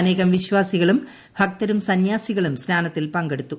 അനേകം വിശ്വാസികളും ഭക്തരും സന്യാസികളും സ്നാനത്തിൽ പങ്കെടുത്തു